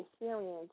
experience